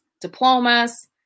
diplomas